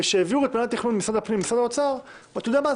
כשהעבירו את מינהל התכנון ממשרד הפנים למשרד האוצר אתה יודע מה,